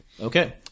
Okay